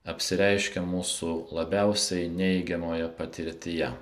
apsireiškė mūsų labiausiai neigiamoje patirtyje